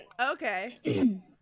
Okay